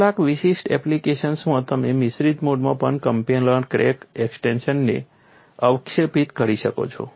કેટલાક વિશિષ્ટ એપ્લિકેશન્સમાં તમે મિશ્રિત મોડમાં પણ કોપ્લેનર ક્રેક એક્સ્ટેંશનને અવક્ષેપિત કરી શકો છો